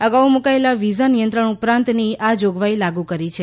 અગાઉ મૂકાયેલા વિઝા નિયંત્રણ ઉપરાંતની આ જોગવાઇ લાગુ કરી છે